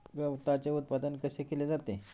गवताचे उत्पादन कसे केले जाते?